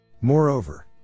Moreover